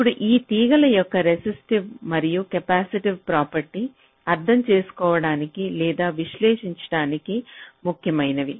ఇప్పుడు ఈ తీగల యొక్క రెసిస్టివ్ మరియు కెపాసిటివ్ ప్రాపర్టీ అర్థం చేసుకోవడానికి లేదా విశ్లేషించడానికి ముఖ్యమైనవి